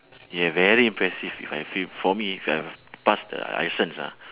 yeah very impressive if I feel for me if I pass the licence ah